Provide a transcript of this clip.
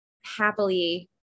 happily